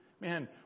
Man